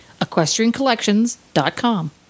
EquestrianCollections.com